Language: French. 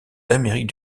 d’amérique